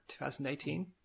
2018